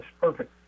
Perfect